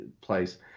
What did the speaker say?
place